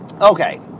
Okay